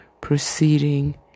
proceeding